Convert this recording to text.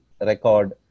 record